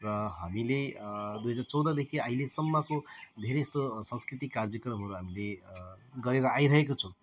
र हामीले दुई हजार चौधदेखि अहिलेसम्मको धेरै जस्तो सांस्कृतिक कार्यक्रमहरू हामीले गरेर आइरहेको छौँ